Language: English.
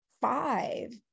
five